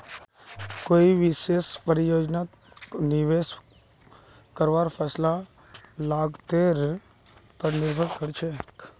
कोई विशेष परियोजनात निवेश करवार फैसला लागतेर पर निर्भर करछेक